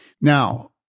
Now